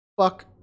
Fuck